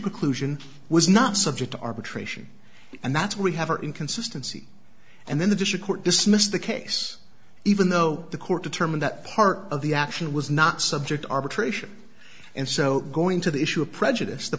clue was not subject to arbitration and that's why we have our inconsistency and then the district court dismissed the case even though the court determined that part of the action was not subject to arbitration and so going to the issue of prejudice the